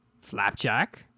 Flapjack